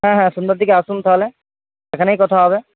হ্যাঁ হ্যাঁ সন্ধ্যার দিকে আসুন তাহলে এখানেই কথা হবে